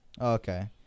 Okay